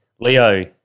Leo